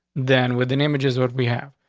then within images what we have.